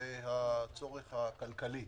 והצורך הכלכלי.